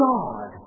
God